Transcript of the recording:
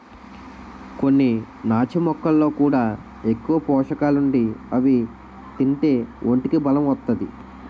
కొన్ని నాచు మొక్కల్లో కూడా ఎక్కువ పోసకాలుండి అవి తింతే ఒంటికి బలం ఒత్తాది